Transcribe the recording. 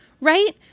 right